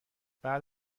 بعد